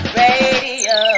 radio